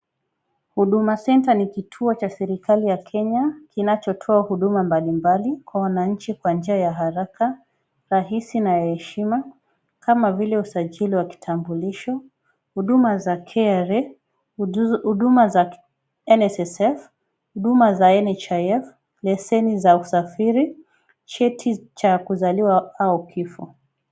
Huduma Centre ni kituo cha serikali ya Kenya kinachotoa huduma mbalimbali kwa wananchi kwa njia ya haraka, rahisi na ya heshima kama vile usajili wa kitambulisho, huduma za KRA, huduma za NSSF, huduma za NHIF, lesheni za usafiri, cheti cha kuzaliwa au kifo.